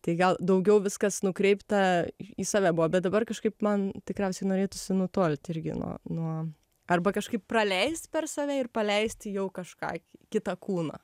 tai gal daugiau viskas nukreipta į save buvo bet dabar kažkaip man tikriausiai norėtųsi nutolti irgi nuo nuo arba kažkaip praleist per save ir paleisti jau kažką kitą kūną